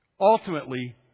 ultimately